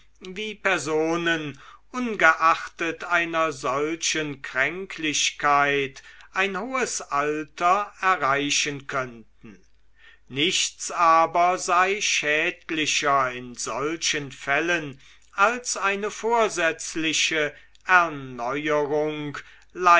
wie personen ungeachtet einer solchen kränklichkeit ein hohes alter erreichen könnten nichts aber sei schädlicher in solchen fällen als eine vorsätzliche erneuerung